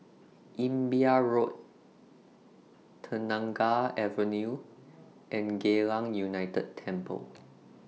Imbiah Road Kenanga Avenue and Geylang United Temple